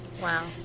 Wow